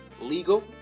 legal